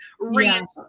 ranch